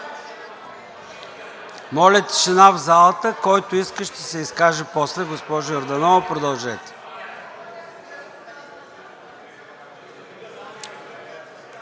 Моля, тишина в залата, който иска, ще се изкаже после. Госпожо Йорданова, продължете.